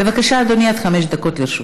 בבקשה, אדוני, עד חמש דקות לרשותך.